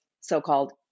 so-called